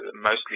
mostly